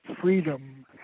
freedom